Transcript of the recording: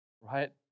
right